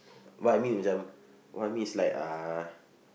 what I mean macam what I mean is like uh